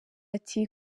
ati